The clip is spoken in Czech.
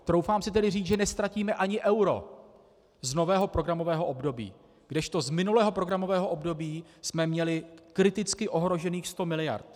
Troufám si tedy říct, že neztratíme ani euro z nového programového období, kdežto z minulého programového období jsme měli kriticky ohrožených 100 mld.